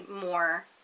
more